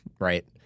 right